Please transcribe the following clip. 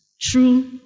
true